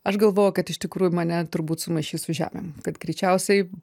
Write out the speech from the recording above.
aš galvojau kad iš tikrųjų mane turbūt sumaišys su žemėm kad greičiausiai